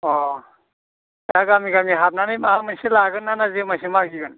अ दा गामि गामि हाबनानै माबा मोनसे लागोन ना जुमाइसो मागिगोन